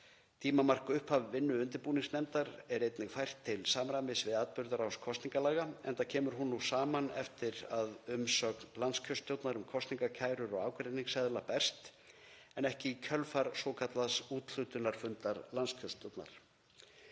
Tímamark upphafs vinnu undirbúningsnefndar er einnig fært til samræmis við atburðarás kosningalaga enda kemur hún nú saman eftir að umsögn landskjörstjórnar um kosningakærur og ágreiningsseðla berst, en ekki í kjölfar svokallaðs úthlutunarfundar landskjörstjórnar.